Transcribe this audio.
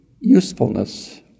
usefulness